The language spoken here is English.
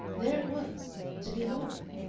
there it was to be borrowed.